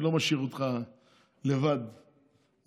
אני לא משאיר אותך לבד בזירה.